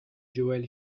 joël